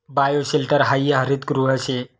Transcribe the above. bioshelter हायी हरितगृह शे